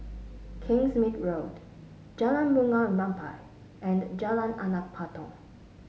Kingsmead Road Jalan Bunga Rampai and Jalan Anak Patong